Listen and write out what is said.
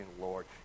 Lord